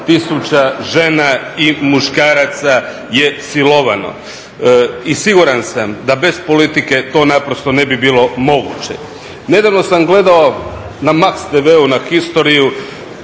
60 000 žena i muškaraca je silovano. I siguran sam da bez politike to naprosto ne bi bilo moguće. Nedavno sam gledao na MAXTV-u na Historyu